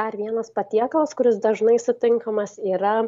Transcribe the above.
dar vienas patiekalas kuris dažnai sutinkamas yra